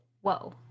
Whoa